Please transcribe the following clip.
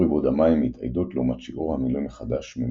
איבוד המים מהתאיידות לעומת שיעור המילוי מחדש ממשקעים.